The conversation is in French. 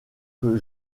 que